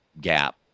gap